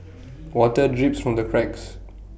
water drips from the cracks